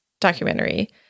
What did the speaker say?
documentary